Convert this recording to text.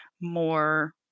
more